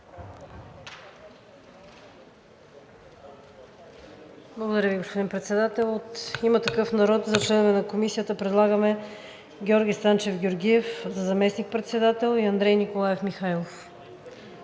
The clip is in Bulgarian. Благодаря Ви, господин Председател. От „Има такъв народ“ за членове на Комисията предлагаме Георги Станчев Георгиев за заместник-председател и Андрей Николаев Михайлов.